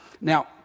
Now